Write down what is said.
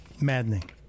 maddening